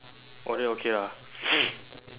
oh then okay lah